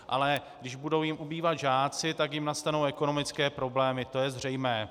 Ale když jim budou ubývat žáci, tak jim nastanou ekonomické problémy, to je zřejmé.